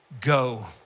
go